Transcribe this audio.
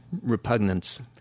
repugnance